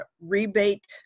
rebate